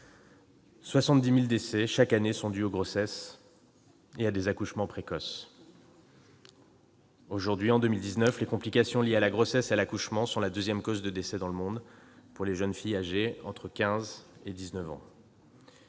70 000 décès sont dus chaque année à des grossesses et à des accouchements précoces. En 2019, les complications liées à la grossesse et à l'accouchement sont la deuxième cause de décès dans le monde pour les jeunes filles âgées de 15 à 19 ans.